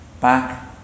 back